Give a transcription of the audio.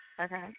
Okay